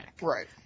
Right